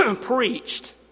preached